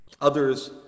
Others